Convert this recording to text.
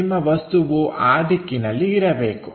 ನಿಮ್ಮ ವಸ್ತುವು ಆ ದಿಕ್ಕಿನಲ್ಲಿ ಇರಬೇಕು